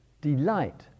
delight